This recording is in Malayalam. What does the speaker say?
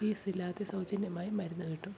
ഫീസില്ലാതെ സൗജന്യമായി മരുന്ന് കിട്ടും